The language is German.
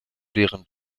deren